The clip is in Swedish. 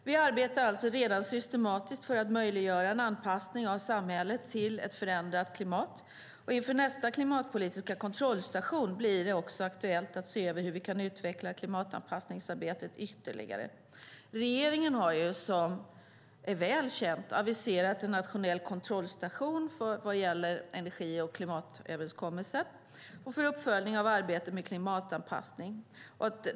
Vi arbetar alltså redan systematiskt för att möjliggöra en anpassning av samhället till ett förändrat klimat. Inför nästa klimatpolitiska kontrollstation blir det också aktuellt att se över hur vi kan utveckla klimatanpassningsarbetet ytterligare. Regeringen har, vilket är väl känt, aviserat en nationell kontrollstation vad gäller energi och klimatöverenskommelsen och för uppföljning av arbetet med klimatanpassning.